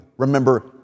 remember